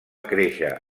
créixer